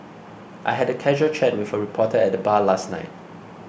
I had a casual chat with a reporter at the bar last night